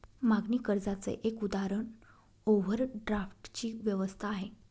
मागणी कर्जाच एक उदाहरण ओव्हरड्राफ्ट ची व्यवस्था आहे